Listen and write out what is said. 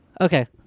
Okay